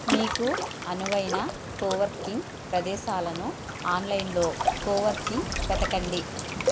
మీకు అనువైన కోవర్కింగ్ ప్రదేశాలను ఆన్లైన్లో కోవర్కింగ్ వెతకండి